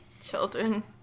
children